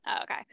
Okay